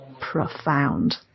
profound